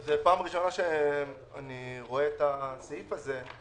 זו פעם ראשונה שאני רואה את הסעיף הזה.